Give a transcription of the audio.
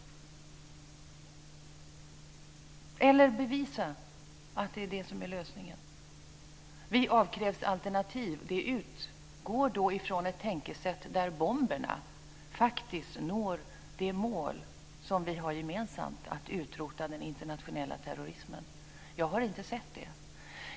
Eller bevisa att det är det som är lösningen. Vi avkrävs alternativ. Det utgår då från ett tänkesätt att bomberna faktiskt når det mål som vi har gemensamt, dvs. att utrota den internationella terrorismen. Jag har inte sett det.